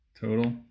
total